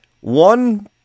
one